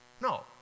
No